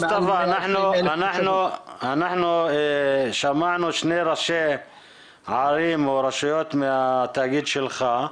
אנחנו שמענו שני ראשי רשויות מהתאגיד שלך.